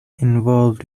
involved